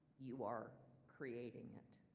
you are creating it.